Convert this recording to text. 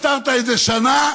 הסתרת את זה שנה,